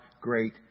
great